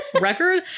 record